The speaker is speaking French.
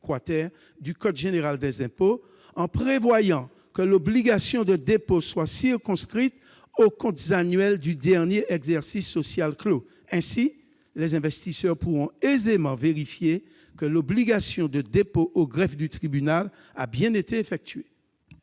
du code général des impôts pour circonscrire l'obligation de dépôt aux comptes annuels du dernier exercice social clos. Ainsi, les investisseurs pourront aisément vérifier que l'obligation de dépôt au greffe du tribunal a été satisfaite.